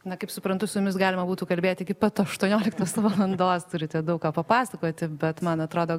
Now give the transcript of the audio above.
na kaip suprantu su jumis galima būtų kalbėt iki pat aštuonioliktos valandos turite daug ką papasakoti bet man atrodo